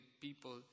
people